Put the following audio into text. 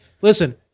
Listen